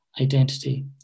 identity